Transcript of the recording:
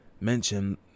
mention